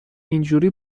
اینجوری